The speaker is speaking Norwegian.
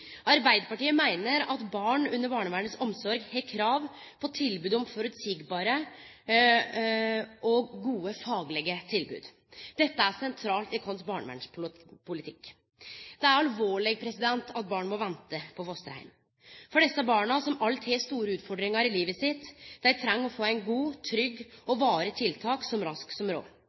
Arbeidarpartiet meiner at barn under barnevernet si omsorg har krav på tilbod om føreseielege og gode faglege tilbod. Dette er sentralt i vår barnevernspolitikk. Det er alvorleg at barn må vente på fosterheim, for desse barna som alt har store utfordringar i livet sitt, treng å få eit godt, trygt og varig tiltak så raskt som